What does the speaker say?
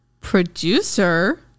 Producer